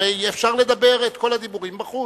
הרי אפשר לדבר את כל הדיבורים בחוץ.